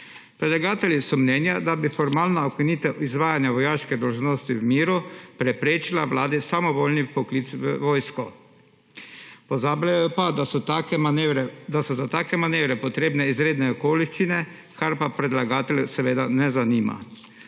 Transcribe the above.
Predlagatelji so mnenja, da bi formalna ukinitev izvajanja vojaške dolžnosti v miru preprečila Vladi samovoljni vpoklic v vojsko. Pozabljajo pa, da so za take manevre potrebne izredne okoliščine, kar pa predlagateljev seveda ne zanima. Zakon